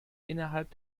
innerhalb